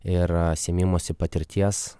ir sėmimosi patirties